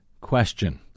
question